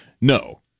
No